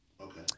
Okay